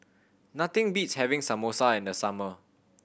nothing beats having Samosa in the summer